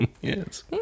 yes